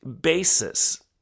basis